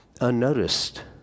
unnoticed